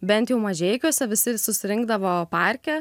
bent jau mažeikiuose visi susirinkdavo parke